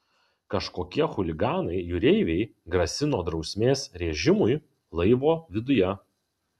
kažkokie chuliganai jūreiviai grasino drausmės režimui laivo viduje